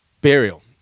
burial